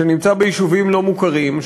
שנמצא ביישובים לא מוכרים,